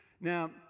Now